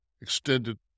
extended